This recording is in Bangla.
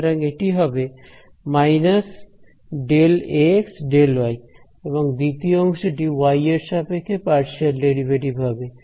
সুতরাং এটি হবে − এবং দ্বিতীয় অংশটি ওয়াই এর সাপেক্ষে পার্শিয়াল ডেরিভেটিভ হবে